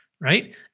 right